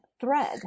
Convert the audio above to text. thread